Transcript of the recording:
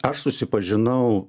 aš susipažinau